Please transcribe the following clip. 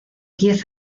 diez